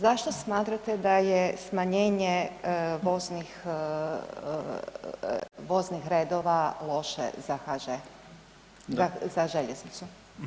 Zašto smatrate da je smanjenje voznih redova loše za HŽ za željeznicu?